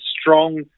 strong